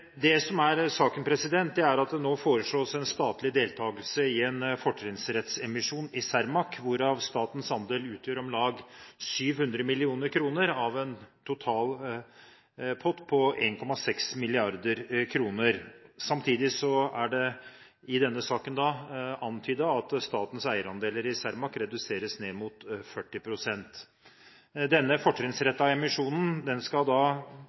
Det som er saken, er at det nå foreslås en statlig deltakelse i en fortrinnsrettsemisjon i Cermaq, hvorav statens andel utgjør om lag 700 mill. kr av en total pott på 1,6 mrd. kr. Samtidig er det i denne saken antydet at statens eierandeler i Cermaq reduseres ned mot 40 pst. Denne fortrinnsrettede emisjonen skal